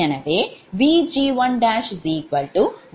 எனவே 𝑉𝑔1′1